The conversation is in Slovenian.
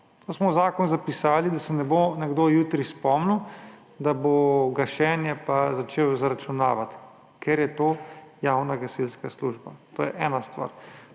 To smo v zakon zapisali, da se ne bo nekdo jutri spomnil, da bo pa začel zaračunavati gašenje, ker je to javna gasilska služba. To je ena stvar.